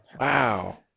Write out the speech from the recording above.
wow